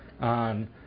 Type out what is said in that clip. on